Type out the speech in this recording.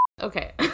Okay